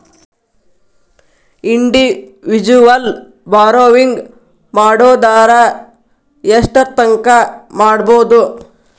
Individual borrowing ಮಾಡೊದಾರ ಯೆಷ್ಟರ್ತಂಕಾ ಮಾಡ್ಬೋದು?